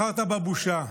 בחרת בבושה.